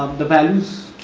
the values